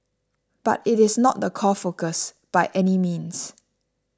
but it is not the core focus by any means